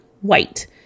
white